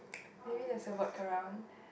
maybe that's a workaround